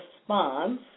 response